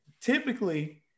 Typically